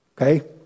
Okay